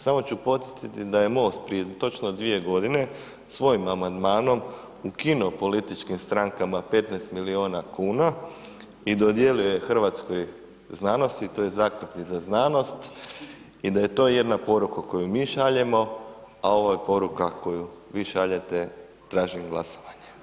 Samo ću podsjetiti da je MOST prije točno 2 g. svojim amandmanom ukinuo političkim strankama 15 milijuna kuna i dodijelio je hrvatskoj znanosti tj. Zakladi za znanost i da je to jedna poruka koju mi šaljemo a ovo je poruka koju vi šaljete, tražim glasovanje.